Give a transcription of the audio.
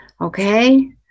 okay